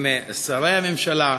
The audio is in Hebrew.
עם שרי הממשלה,